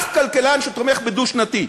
שום כלכלן שתומך בדו-שנתי.